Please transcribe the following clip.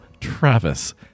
Travis